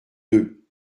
deux